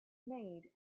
made